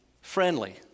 friendly